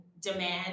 demand